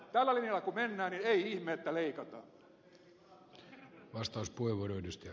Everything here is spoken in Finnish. tällä linjalla kun mennään niin ei ihme että leikataan